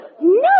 no